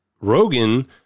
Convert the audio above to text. Rogan